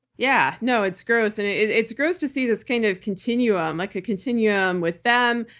yeah. no, it's gross. and it's gross to see this kind of continuum. like a continuum with them,